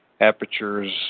apertures